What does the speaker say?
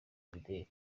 imideri